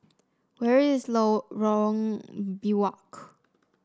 where is Lorong Biawak